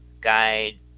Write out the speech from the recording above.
guide